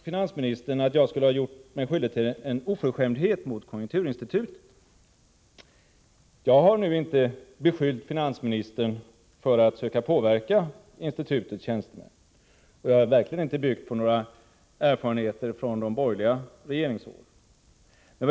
Finansministern hävdade att jag skulle ha gjort mig skyldig till en oförskämdhet mot konjunkturinstitutet. Jag har inte beskyllt finansministern för att söka påverka institutets tjänstemän — och jag har verkligen inte byggt mina antaganden på några erfarenheter från de borgerliga regeringsåren.